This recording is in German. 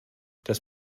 das